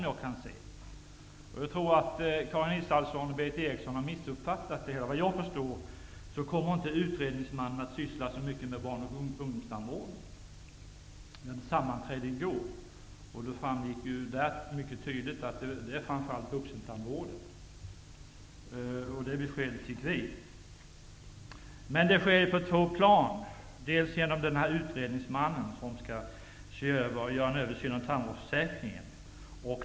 Jag tror att Karin Israelsson och Berith Eriksson har missuppfattat det hela. Vad jag förstår, kommer utredningsmannen inte att syssla så mycket med barn och ungdomstandvården. Vid ett sammanträde i går framgick det mycket tydligt att han framför allt skall se på vuxentandvården. Vi fick det beskedet. Förändringen sker på två plan. För det första skall utredningsmannen göra en översyn av tandvårdsförsäkringen.